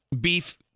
beef